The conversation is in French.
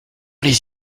les